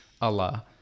Allah